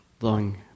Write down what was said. Long